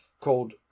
called